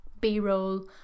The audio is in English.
b-roll